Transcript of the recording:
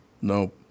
no